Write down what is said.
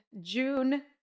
June